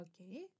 okay